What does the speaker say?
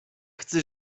chcę